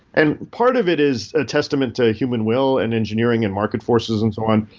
and part of it is a testament to a human will and engineering and market forces and so on.